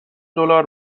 دلار